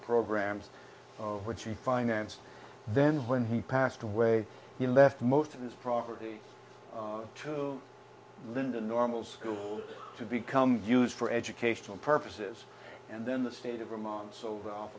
programs of which we financed then when he passed away he left most of his property to linda normal school to become used for educational purposes and then the state of vermont sold off